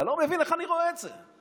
אתה לא מבין איך אני רואה את זה.